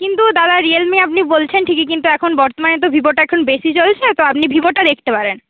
কিন্তু দাদা রিয়েলমি আপনি বলছেন ঠিকই কিন্তু এখন বর্তমানে তো ভিভোটা এখন বেশি চলছে তো আপনি ভিভোটা দেখতে পারেন